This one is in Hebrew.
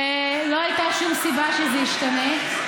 ולא הייתה שום סיבה שזה ישתנה.